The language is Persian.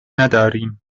نداریم